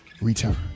return